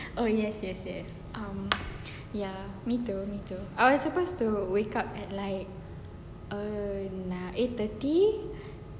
oh yes yes yes um ya me too me too I was supposed to wake up at nine err eight thirty